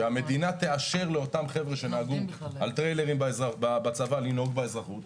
שהמדינה תאשר לאותם חבר'ה שנהגו על טריילרים בצבא לנהוג באזרחות,